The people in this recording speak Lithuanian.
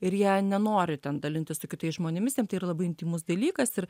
ir ja nenori ten dalintis su kitais žmonėmis jiem tai yra labai intymus dalykas ir